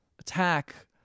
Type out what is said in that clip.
attack